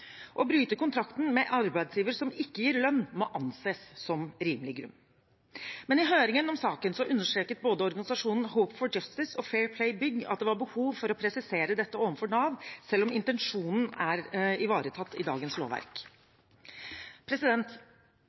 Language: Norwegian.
Å bryte kontrakten med arbeidsgiver som ikke gir lønn, må anses som rimelig grunn. I høringen om saken understreket organisasjonene Hope for Justice og Fair Play Bygg at det var behov for å presisere dette overfor Nav, selv om intensjonen er ivaretatt i dagens lovverk.